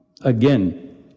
Again